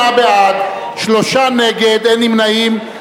38 בעד, שלושה נגד, אין נמנעים.